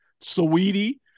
Sweetie